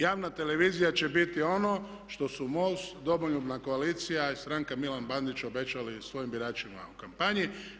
Javna televizija će biti ono što su MOST, Domoljubna koalicija i stranka Milan Bandić obećali svojim biračima u kampanji.